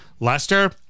Lester